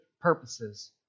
purposes